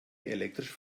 elektrisch